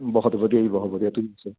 ਬਹੁਤ ਵਧੀਆ ਜੀ ਬਹੁਤ ਵਧੀਆ ਤੁਸੀਂ ਦੱਸੋ